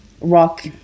rock